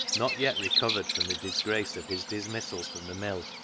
not yet recovered from the disgrace of his dismissal from the mill,